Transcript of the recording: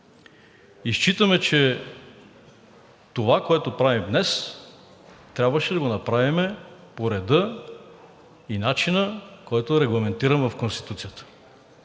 считаме, че това, което правим днес, трябваше да го направим по реда и начина, който е регламентиран в Конституцията.